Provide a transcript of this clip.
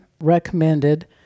recommended